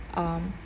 um